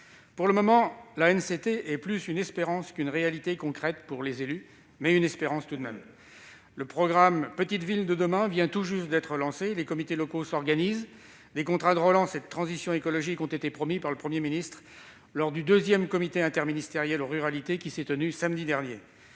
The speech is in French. Pour le moment, l'ANCT est, pour les élus, une espérance davantage qu'une réalité concrète, mais une espérance tout de même. Le programme Petites villes de demain vient tout juste d'être lancé, les comités locaux s'organisent, des « contrats de relance et de développement écologique » ont été promis par le Premier ministre lors du deuxième comité interministériel aux ruralités qui s'est tenu samedi dernier.